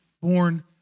born